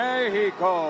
Mexico